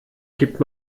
gibt